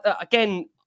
again